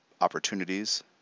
opportunities